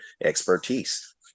expertise